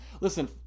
listen